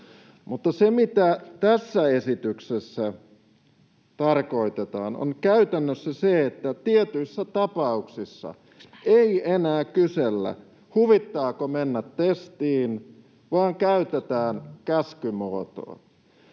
Mutta se, mitä tässä esityksessä tarkoitetaan, on käytännössä se, että tietyissä tapauksissa ei enää kysellä, huvittaako mennä testiin, vaan käytetään käskymuotoa.